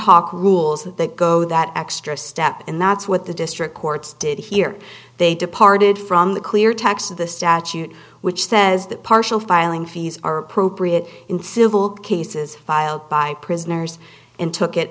hoc rules that go that extra step and that's what the district courts did here they departed from the clear text of the statute which says that partial filing fees are appropriate in civil cases filed by prisoners and took it